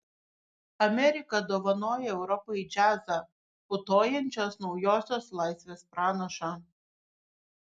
amerika dovanoja europai džiazą putojančios naujosios laisvės pranašą